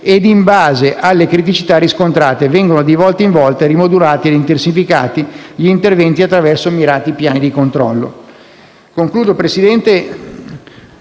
e in base alle criticità riscontrate, vengono di volta in volta rimodulati e intensificati attraverso mirati piani di controllo. Concludo, signor